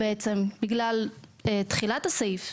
בגלל תחילת הסעיף.